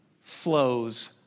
flows